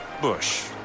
Bush